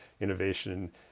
innovation